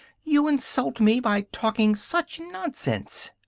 you insult me by talking such nonsense!